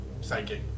psychic